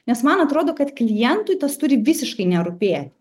nes man atrodo kad klientui tas turi visiškai nerūpėti